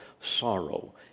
sorrow